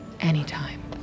Anytime